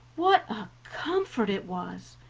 what a comfort it was!